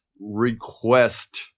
request